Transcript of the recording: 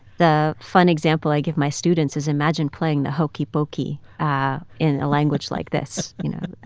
the fun example i give my students is imagine playing the hokey pokey in a language like this. you know,